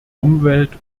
umwelt